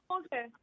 Okay